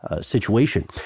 situation